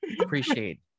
appreciate